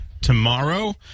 tomorrow